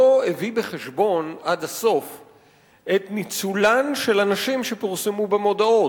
לא הביא בחשבון את ניצולן של הנשים שפורסמו במודעות,